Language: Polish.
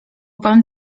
pan